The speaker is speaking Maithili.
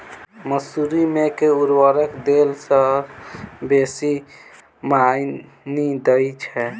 मसूरी मे केँ उर्वरक देला सऽ बेसी मॉनी दइ छै?